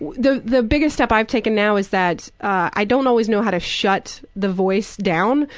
the the biggest step i've taken now is that i don't always know how to shut the voice down,